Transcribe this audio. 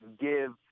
give